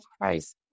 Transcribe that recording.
Christ